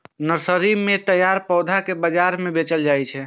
nursery मे तैयार पौधा कें बाजार मे बेचल जाइ छै